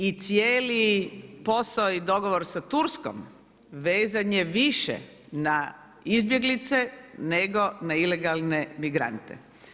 I cijeli posao i dogovor sa Turskom vezan je više na izbjeglice nego na ilegalne migrante.